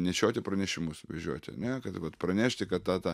nešioti pranešimus vežioti ane kad vat pranešti kad tą tą